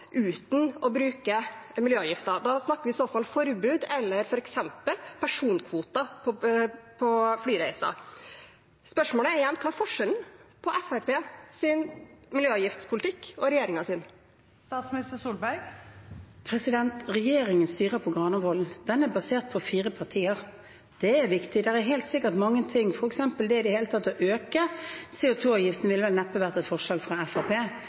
uten å bruke miljøavgifter. Da snakker vi i så fall om forbud eller f.eks. personkvoter på flyreiser. Spørsmålet er igjen: Hva er forskjellen på Fremskrittspartiets miljøavgiftspolitikk og regjeringens? Regjeringen styrer etter Granavolden. Den er basert på fire partier. Det er viktig. Det er helt sikkert mange ting – f.eks. ville det vel neppe vært et forslag fra Fremskrittspartiet i det hele tatt å øke CO2-avgiften. Det er altså et forslag fra